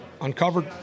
uncovered